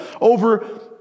over